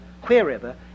wherever